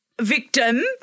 victim